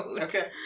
Okay